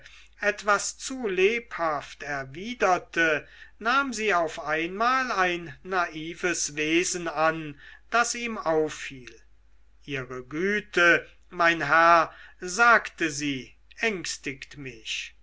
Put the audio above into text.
etwas zu lebhaft erwiderte nahm sie auf einmal ein naives wesen an das ihm auffiel ihre güte mein herr sagte sie ängstigt mich